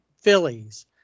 Phillies